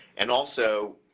and also,